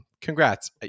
congrats